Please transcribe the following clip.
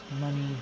money